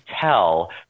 tell